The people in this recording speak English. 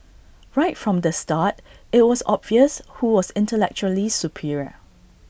right from the start IT was obvious who was intellectually superior